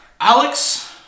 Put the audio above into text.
Alex